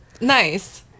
Nice